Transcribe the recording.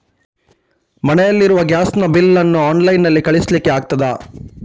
ಮನೆಯಲ್ಲಿ ಇರುವ ಗ್ಯಾಸ್ ನ ಬಿಲ್ ನ್ನು ಆನ್ಲೈನ್ ನಲ್ಲಿ ಕಳಿಸ್ಲಿಕ್ಕೆ ಆಗ್ತದಾ?